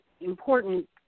important